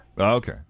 Okay